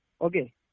Okay